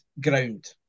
ground